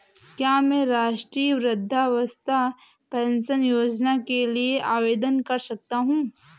क्या मैं राष्ट्रीय वृद्धावस्था पेंशन योजना के लिए आवेदन कर सकता हूँ?